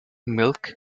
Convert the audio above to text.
milk